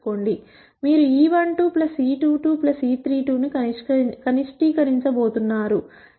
మీరు e12 e22 e32 ను కనిష్టీకరించబోతున్నారు